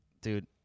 dude